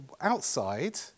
outside